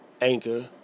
Anchor